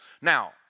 Now